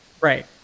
Right